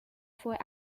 for